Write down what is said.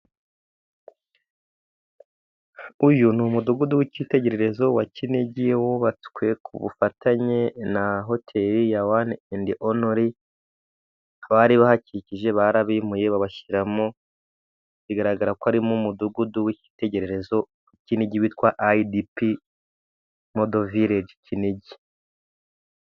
Uyu ni umudugudu w'icyitegererezo wa kinigi, wubatswe ku bufatanye na hoteri ya wane endi onori, abari bahakikije barabimuye babashyiramo, bigaragara ko harimo mudugudu w'icyitegererezo wa kinigi, witwa ayidipi modovireje kinigi.